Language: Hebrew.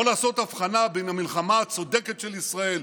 לא לעשות הבחנה בין המלחמה הצודקת של ישראל,